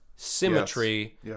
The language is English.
Symmetry